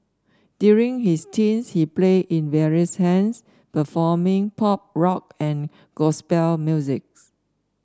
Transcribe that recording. during his teens he played in various hands performing pop rock and gospel music